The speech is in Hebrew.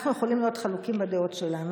אנחנו יכולים להיות חלוקים בדעות שלנו,